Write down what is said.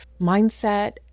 mindset